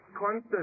constant